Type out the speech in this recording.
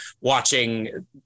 watching